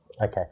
Okay